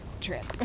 trip